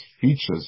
features